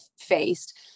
faced